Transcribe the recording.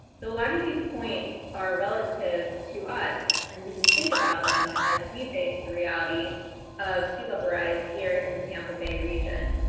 so a lot of these points are relative to us, and we can think about them as we face the reality of sea level rise here in the tampa bay region.